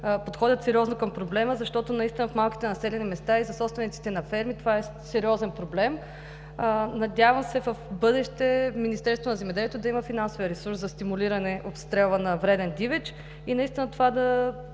подходят сериозно към проблема, защото наистина в малките населени места и за собствениците на ферми това е сериозен проблем. Надявам се в бъдеще Министерството на земеделието да има финансов ресурс за стимулиране отстрелването на вреден дивеч и това да